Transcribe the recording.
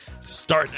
start